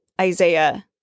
Isaiah